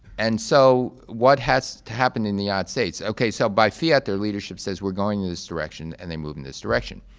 and so what has to happen in the united states, okay. so by fiat, their leadership says we're going in this direction and they move in this direction.